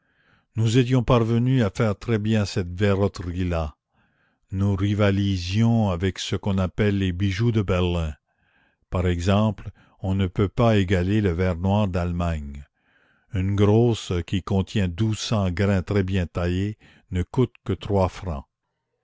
nous étions parvenus à faire très bien cette verroterie là nous rivalisions avec ce qu'on appelle les bijoux de berlin par exemple on ne peut pas égaler le verre noir d'allemagne une grosse qui contient douze cents grains très bien taillés ne coûte que trois francs